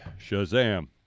Shazam